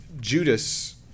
Judas